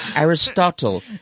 Aristotle